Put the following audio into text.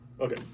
Okay